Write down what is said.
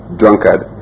drunkard